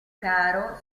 caro